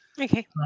Okay